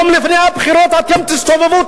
יום לפני הבחירות אתם תסתובבו,